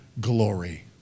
glory